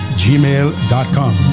gmail.com